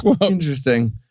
Interesting